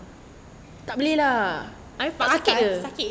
ketat sakit kan